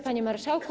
Panie Marszałku!